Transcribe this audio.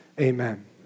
Amen